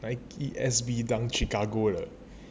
err S_B dunk chicago 的